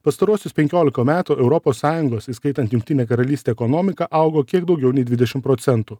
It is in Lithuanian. pastaruosius penkiolika metų europos sąjungos įskaitant jungtinę karalystę ekonomika augo kiek daugiau nei dvidešim procentų